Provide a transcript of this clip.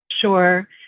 Sure